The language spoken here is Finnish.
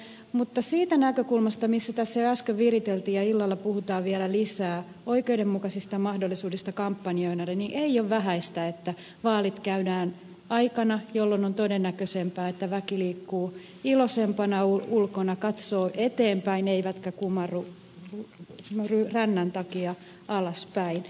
mutta siitä näkökulmasta mistä asiaa tässä jo äsken viriteltiin ja illalla puhutaan vielä lisää oikeudenmukaisesta mahdollisuudesta kampanjoida ei ole vähäistä että vaalit käydään aikana jolloin on todennäköisempää että väki liikkuu iloisempana ulkona katsoo eteenpäin eikä kumarru rännän takia alaspäin